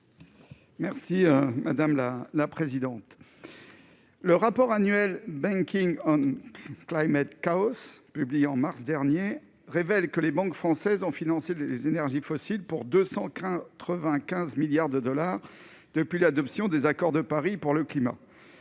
Merci madame la la présidente, le rapport annuel banking Carlos publié en mars dernier, révèle que les banques françaises en financer les énergies fossiles pour 230 3 20 15 milliards de dollars depuis l'adoption des accords de Paris pour le climat,